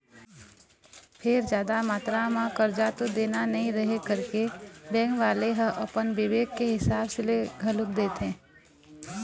फेर जादा मातरा म करजा तो देना नइ रहय करके बेंक वाले ह अपन बिबेक के हिसाब ले दे घलोक देथे